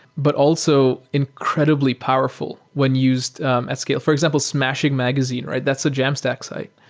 but also incredibly powerful when used at scale. for example, smashing magazine, right? that's a jamstack site.